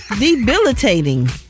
Debilitating